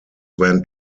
went